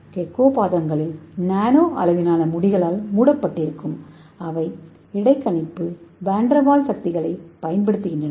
gecko பாதங்கள் nano அளவிலான முடிகளால் மூடப்பட்டிருக்கும் அவை இடைக்கணிப்பு வான்டெர்வால்ஸ் சக்திகளைப் பயன்படுத்துகின்றன